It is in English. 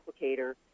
applicator